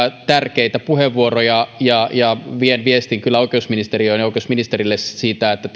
tärkeitä puheenvuoroja ja ja vien viestin kyllä oikeusministeriöön ja oikeusministerille siitä että